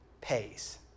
pays